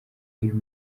uyu